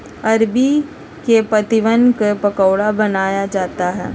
अरबी के पत्तिवन क पकोड़ा बनाया जाता है